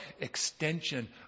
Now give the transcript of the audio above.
extension